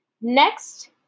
Next